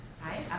Hi